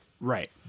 Right